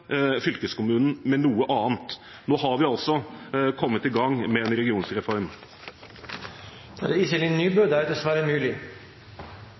fylkeskommunen ned uten å erstatte den med noe annet. Nå har vi altså kommet i gang med en